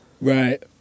right